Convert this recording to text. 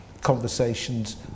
conversations